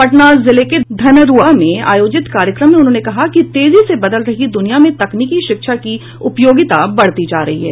पटना जिले के धनरूआ में आयोजित कार्यक्रम में उन्होंने कहा कि तेजी से बदल रही दुनिया में तकनीकी शिक्षा की उपयोगिता बढ़ती जा रही है